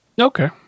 Okay